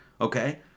Okay